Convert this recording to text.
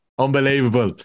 Unbelievable